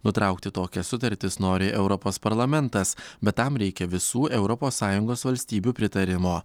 nutraukti tokias sutartis nori europos parlamentas bet tam reikia visų europos sąjungos valstybių pritarimo